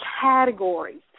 categories